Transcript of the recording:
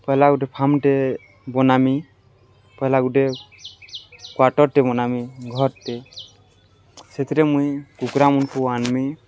ପହେଲା ଗୁଟେ ଫାର୍ମ୍ଟେ ବନାମି ପହେଲା ଗୁଟେ କ୍ଵାଟର୍ଟେ ବନାମି ଘର୍ଟେ ସେଥିରେ ମୁଇଁ କୁକୁଡ଼ାମାନ୍କୁ ଆନ୍ମି